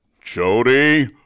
Jody